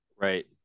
right